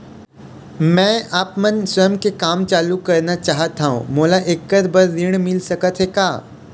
मैं आपमन स्वयं के काम चालू करना चाहत हाव, मोला ऐकर बर ऋण मिल सकत हे का?